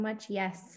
yes